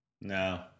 No